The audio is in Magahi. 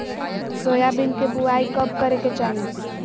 सोयाबीन के बुआई कब करे के चाहि?